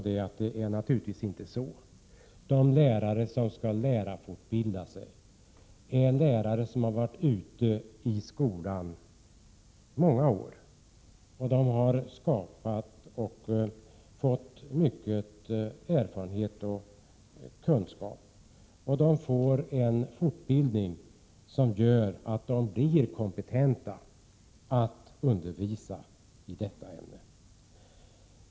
Det är naturligtvis inte så. De som skall lärarfortbilda sig är lärare som har varit ute i skolan många år. De har fått mycken erfarenhet och kunskap. De får en fortbildning som ger dem kompetens att undervisa i detta ämne.